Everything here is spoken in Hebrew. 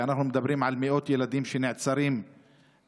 ואנחנו מדברים על מאות ילדים שנעצרים בשנה,